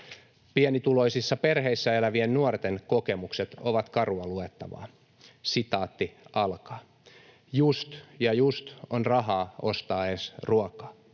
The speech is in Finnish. Pienituloisissa perheissä elävien nuorten kokemukset ovat karua luettavaa: ”Just ja just on rahaa ostaa ees ruokaa,